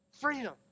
freedom